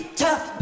tough